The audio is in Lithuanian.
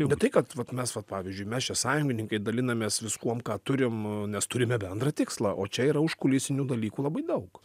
ne tai kad vat mes vat pavyzdžiui mes čia sąjungininkai dalinamės viskuom ką turim nes turime bendrą tikslą o čia yra užkulisinių dalykų labai daug